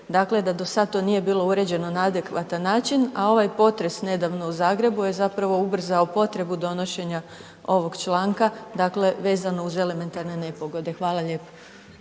dakle da do sad to nije bilo uređeno na adekvatan način, a ovaj potres nedavno u Zagrebu je zapravo ubrzao potrebu donošenja ovog članka, dakle vezano uz elementarne nepogode. Hvala lijepo.